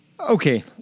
Okay